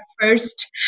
first